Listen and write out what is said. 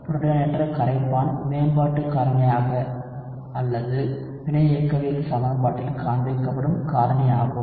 புரோட்டானேற்ற கரைப்பான் மேம்பாட்டு காரணியாக அல்லது வினை இயக்கவியல் சமன்பாட்டில் காண்பிக்கப்படும் காரணியாகும்